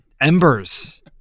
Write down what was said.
embers